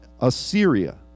Assyria